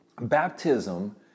Baptism